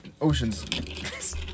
oceans